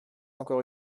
encore